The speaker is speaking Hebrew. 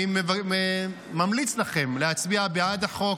אני ממליץ לכם להצביע בעד החוק.